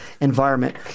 environment